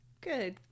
Good